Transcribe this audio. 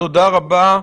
תודה רבה.